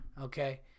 okay